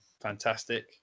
fantastic